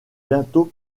bientôt